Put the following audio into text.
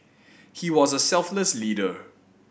he was a selfless leader